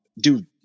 dude